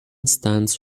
stands